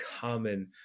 common